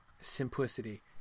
Simplicity